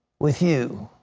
with you.